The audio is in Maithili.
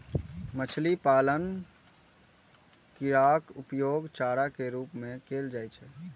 मछली पालन मे कीड़ाक उपयोग चारा के रूप मे कैल जाइ छै